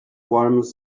worms